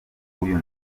w’uyu